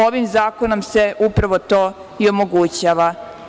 Ovim zakonom se upravo to i omogućava.